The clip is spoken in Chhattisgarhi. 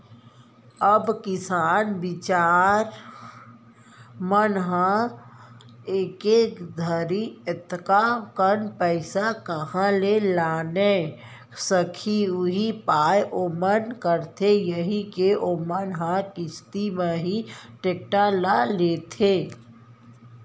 अब किसान बिचार मन ह एके दरी अतका कन पइसा काँहा ले लाने सकही उहीं पाय ओमन करथे यही के ओमन ह किस्ती म ही टेक्टर ल लेथे